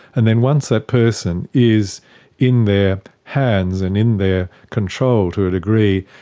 and then once that person is in their hands and in their control, to a degree,